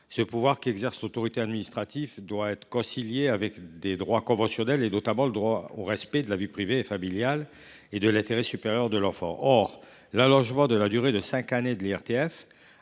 Ce pouvoir qu’exerce l’autorité administrative doit être concilié avec les droits conventionnels, notamment le droit au respect de la vie privée et familiale et l’intérêt supérieur de l’enfant. Or l’allongement de la durée de l’IRTF